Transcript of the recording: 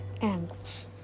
angles